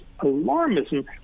alarmism